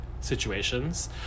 situations